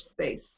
space